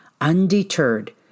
Undeterred